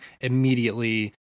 immediately